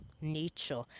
nature